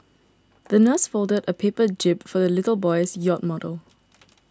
the nurse folded a paper jib for the little boy's yacht model